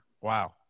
Wow